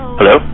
Hello